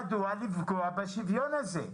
מדוע לפגוע בשוויון הזה?